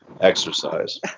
exercise